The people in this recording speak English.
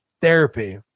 therapy